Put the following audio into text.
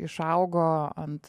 išaugo ant